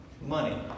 money